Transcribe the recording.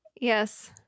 Yes